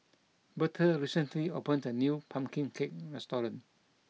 Bertha recently opened a new pumpkin cake restaurant